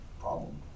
problem